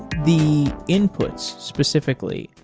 the inputs specifically,